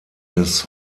des